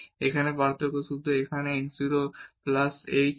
এখানে পার্থক্য শুধু x 0 প্লাস h ছিল